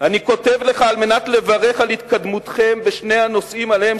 אני כותב לך על מנת לברך על התקדמותכם בשני הנושאים שעליהם